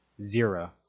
Zira